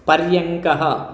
पर्यङ्कः